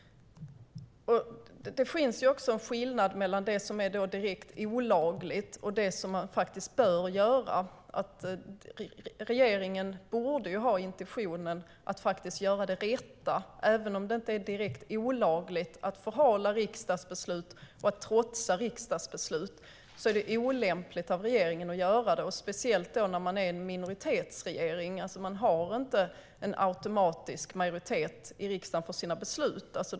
Det finns en skillnad mellan det som är direkt olagligt och det man bör göra. Regeringen borde ha intentionen att göra det rätta. Även om det inte är direkt olagligt att förhala och trotsa riksdagsbeslut är det olämpligt av regeringen att göra det, speciellt när man är en minoritetsregering och alltså inte har automatisk majoritet i riksdagen för sina beslut.